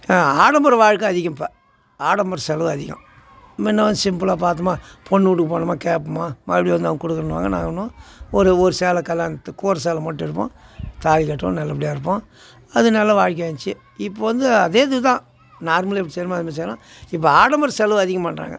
ஆடம்பர வாழ்க்கை அதிகம் இப்போ ஆடம்பர செலவு அதிகம் முன்ன சிம்பிளாக பார்த்தோமா பொண்ணு வீட்டுக்கு போனோமா கேட்போமா மறுபடி வந்து அவங்க கொடுக்கறேன்னுவாங்க நாங்களும் ஒரு ஒரு சேலை கல்யாணத்துக்கு கூரை சேலை மட்டும் எடுப்போம் தாலி கட்டுவோம் நல்லபடியாக இருப்போம் அது நல்ல வாழ்க்கையாக இருந்துச்சு இப்போ வந்து அதே இது தான் நார்மல் எப்படி செய்றோமோ அதுமாரி செய்யலாம் இப்போ ஆடம்பர செலவு அதிகம் பண்ணுறாங்க